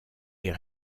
est